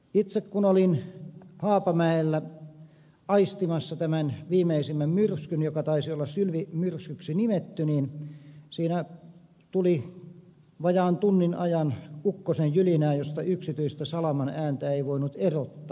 itse kun olin haapamäellä aistimassa tämän viimeisimmän myrskyn joka taisi olla sylvi myrskyksi nimetty siinä tuli vajaan tunnin ajan ukkosen jylinää josta yksityistä salaman ääntä ei voinut erottaa